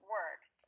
works